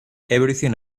everything